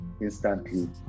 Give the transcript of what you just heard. instantly